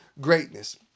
greatness